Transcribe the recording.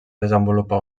desenvolupar